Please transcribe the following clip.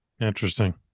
Interesting